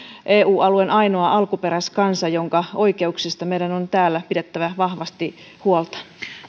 eu alueen ainoa alkuperäiskansa jonka oikeuksista meidän on täällä pidettävä vahvasti huolta